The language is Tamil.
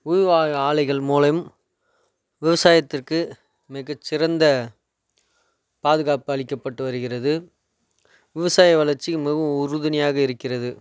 உயிர்வாய்வு ஆலைகள் மூலம் விவசாயத்திற்கு மிகச்சிறந்த பாதுகாப்பளிக்கப்பட்டு வருகிறது விவசாய வளர்ச்சி மிகவும் உறுதுணையாக இருக்கிறது